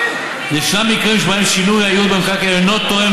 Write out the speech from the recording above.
ישנם מקרים שבהם שינוי הייעוד במקרקעין אינו תואם